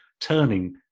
turning